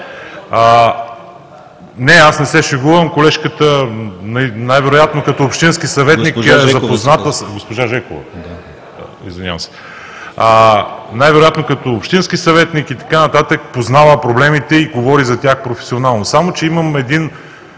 Жекова, извинявам се. Най-вероятно като общински съветник и така нататък познава проблемите и говори за тях професионално.